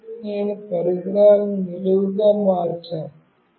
ఇప్పుడు నేను పరికరాలను నిలువుగా మార్చాను